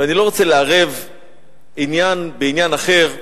ואני לא רוצה לערב עניין בעניין אחר,